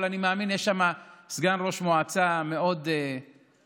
אבל אני מאמין, יש שם סגן ראש מועצה מאוד נמרץ,